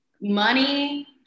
money